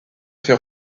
fait